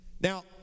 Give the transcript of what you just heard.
Now